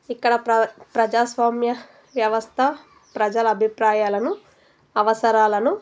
ఇక్కడ ప్ర ప్రజాస్వామ్య వ్యవస్థ ప్రజల అభిప్రాయాలను అవసరాలను